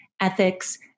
ethics